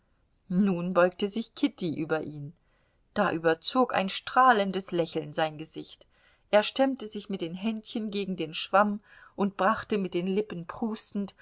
nun beugte sich kitty über ihn da überzog ein strahlendes lächeln sein gesicht er stemmte sich mit den händchen gegen den schwamm und brachte mit den lippen prustend